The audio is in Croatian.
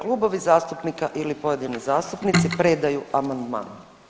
Klubovi zastupnika ili pojedini zastupnici predaju amandman.